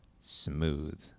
smooth